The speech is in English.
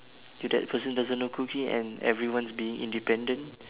if that person doesn't know cooking and everyone is being independent